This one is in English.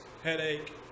headache